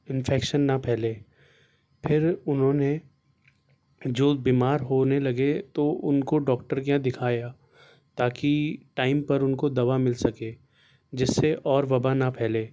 infection نہ پھیلے پھر انہوں نے جو بیمار ہونے لگے تو ان کو ڈاکٹر کے یہاں دکھایا تاکہ ٹائم پر ان کو دوا مل سکے جس سے اور وبا نہ پھیلے